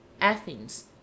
Athens